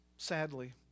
Sadly